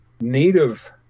native